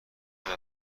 ممکن